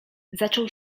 zaczął